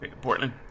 Portland